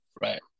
right